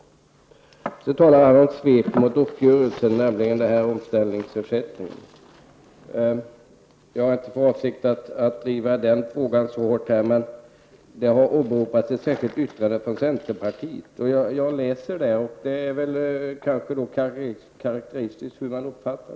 Vidare talar Sven-Åke Selberg sveket mot uppgörelsen, dvs. omställningsersättningen. Jag har inte för avsikt att driva den frågan så hårt här. Men det har åberopats ett särskilt yttrande från centerpartiet. Det kan vara karaktäristiskt hur detta uppfattas.